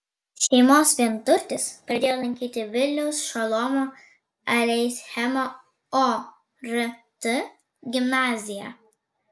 šeimos vienturtis pradėjo lankyti vilniaus šolomo aleichemo ort gimnaziją